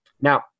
Now